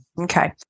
Okay